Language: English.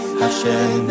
Hashem